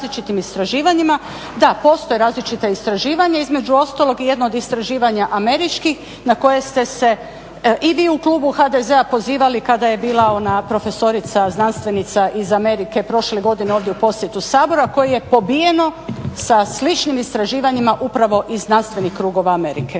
da postoje različita istraživanja. Između ostalog je jedno od istraživanja američkih na koje ste se i vi u klubu HDZ-a pozivali kada je bila ona profesorica, znanstvenica iz Amerike prošle godine ovdje u posjetu Saboru a koje je pobijeno sa sličnim istraživanjima upravo iz znanstvenih krugova Amerike.